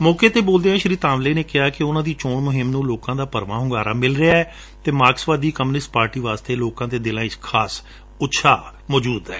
ਮੌਕੇ ਤੇ ਬੋਲਦਿਆਂ ਸ੍ਰੀ ਧਾਂਵਲੇ ਨੇ ਕਿਹਾ ਕਿ ਉਨ੍ਹਾਂ ਦੀ ਚੋਣ ਮੁਹਿੰਮ ਨੂੰ ਲੋਕਾਂ ਦਾ ਭਰਵਾਂ ਹੁੰਗਾਰਾ ਮਿਲ ਰਿਹੈ ਅਤੇ ਮਾਰਕਸਵਾਦੀ ਕਮਿਉਨਿਸਟ ਪਾਰਟੀ ਵਾਲੇ ਲੋਕਾ ਦੇ ਦਿਲਾਂ ਵਿਚ ਖਾਸ ਉਤਸ਼ਾਹ ਏ